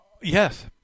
Yes